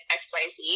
xyz